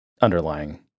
underlying